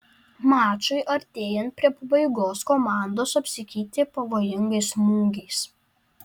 mačui artėjant prie pabaigos komandos apsikeitė pavojingais smūgiais